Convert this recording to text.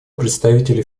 представителей